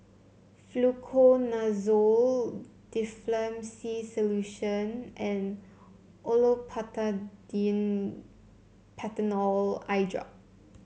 Fluconazole Difflam C Solution and Olopatadine Patanol Eyedrop